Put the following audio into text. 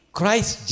Christ